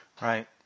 Right